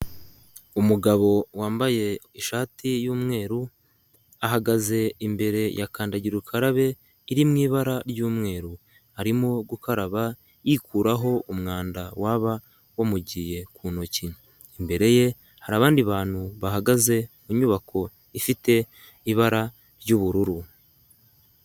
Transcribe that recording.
Umugabo wambaye ishati y'umweru, ahagaze imbere ya kandagira ukarabe iri mu ibara ry'umweru, arimo gukaraba yikuraho umwanda waba wamugiye ku ntoki, imbere ye hari abandi bantu bahagaze ku nyubako ifite ibara ry'ubururu.